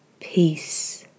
peace